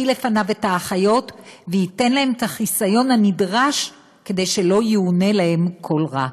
לפניו את האחיות וייתן להן את החיסיון הנדרש כדי שלא יאונה להן כל רע.